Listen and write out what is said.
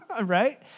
right